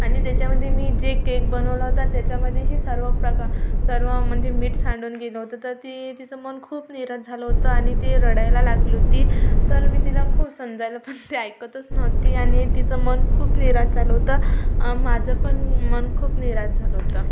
आणि त्याच्यामध्ये मी जे केक बनवला होता त्याच्यामध्ये हे सर्व प्रकार सर्व म्हणजे मीठ सांडून गेलं होतं तर ती तिचं मन खूप निराश झालं होतं आणि ती रडायला लागली होती तर मी तिला खूप समजावलं पण ती ऐकतच नव्हती आणि तिचं मन खूप निराश झालं होतं माझं पण मन खूप निराश झालं होतं